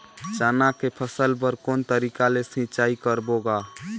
चना के फसल बर कोन तरीका ले सिंचाई करबो गा?